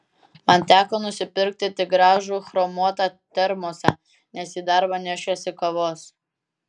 man teko nusipirkti tik gražų chromuotą termosą nes į darbą nešiuosi kavos